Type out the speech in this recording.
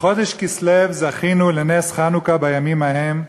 בחודש כסלו זכינו לנס חנוכה, בימים ההם,